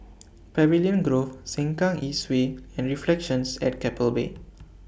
Pavilion Grove Sengkang East Way and Reflections At Keppel Bay